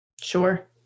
Sure